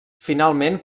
finalment